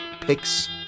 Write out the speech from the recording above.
picks